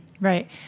Right